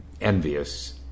envious